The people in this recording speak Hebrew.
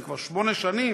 זה כבר שמונה שנים,